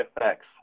effects